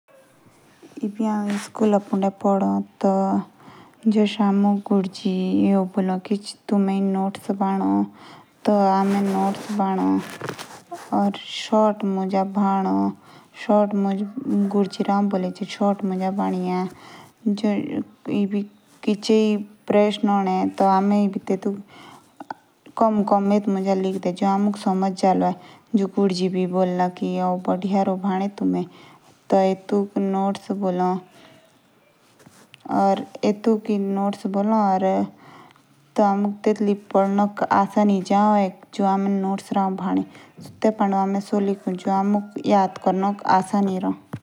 जश हामे स्कूल पुंदे पादु ए। तबी हमुक ग्रु जी बोलो कि तुम्हें नोट्स बड़ो। ते हमें बुरा नहीं लगता। पीआर शॉर्ट मुज बदु। जश कुन्जे प्रश्न होंदे तो टेटका आंसर हामे शॉर्ट मुज लिखु।